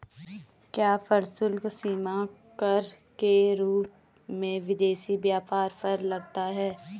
क्या प्रशुल्क सीमा कर के रूप में विदेशी व्यापार पर लगता है?